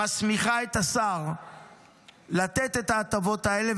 מסמיכה את השר לתת את ההטבות האלה,